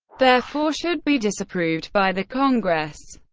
therefore, should be disapproved by the congress.